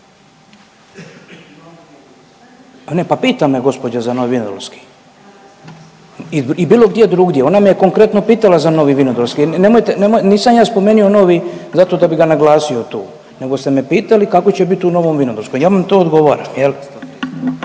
pa pita me gospođa za Novi Vinodolski i bilo gdje drugdje, ona me je konkretno pitala za Novi Vinodolski. Nemojte, nisam ja spomenuo novi zato da bi ga naglasio tu nego ste me pitali kako će biti u Novom Vinodolskom i ja vam to odgovaram